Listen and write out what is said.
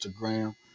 Instagram